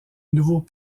nouveau